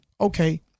Okay